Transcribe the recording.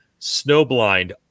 Snowblind